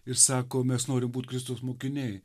ir sako mes norim būt kristaus mokiniai